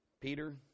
Peter